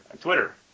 Twitter